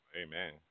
Amen